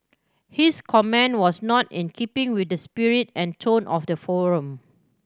his comment was not in keeping with the spirit and tone of the forum